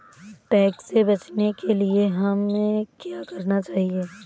Tax से बचने के लिए हमें क्या करना चाहिए?